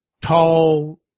Tall